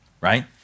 right